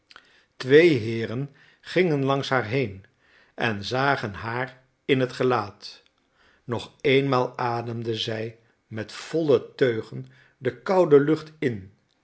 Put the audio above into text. twee heeren gingen langs haar heen en zagen haar in het gelaat nog eenmaal ademde zij met volle teugen de koude lucht in